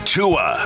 Tua